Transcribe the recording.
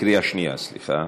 בקריאה שנייה, סליחה.